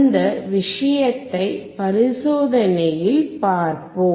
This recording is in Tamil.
இந்த விஷயத்தை பரிசோதனையில் பார்ப்போம்